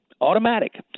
Automatic